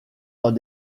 dans